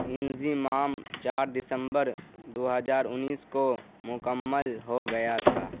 انظمام چار دسمبر دو ہزار انیس کو مکمل ہو گیا تھا